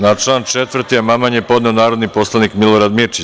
Na član 4. amandman je podneo narodni poslanik Milorad Mirčić.